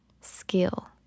skill